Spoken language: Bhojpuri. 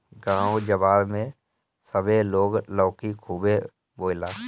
गांव जवार में सभे लोग लौकी खुबे बोएला